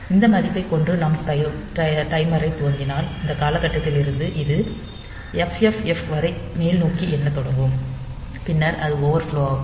இந்த மதிப்பைக் கொண்டு நாம் டைமரை துவக்கினால் இந்த கட்டத்தில் இருந்து இது FFFF வரை மேல்நோக்கி எண்ணத் தொடங்கும் பின்னர் அது ஓவர்ஃப்லோ ஆகும்